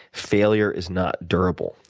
failure is not durable.